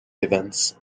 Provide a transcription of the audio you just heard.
evans